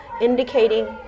indicating